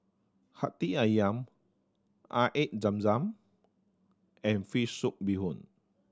Hati Ayam Air Zam Zam and fish soup bee hoon